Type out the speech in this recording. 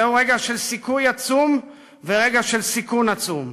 זהו רגע של סיכוי עצום ורגע של סיכון עצום,